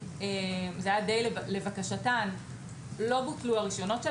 לבקשתם לא בוטלו הרישיונות,